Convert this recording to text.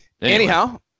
Anyhow